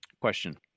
Question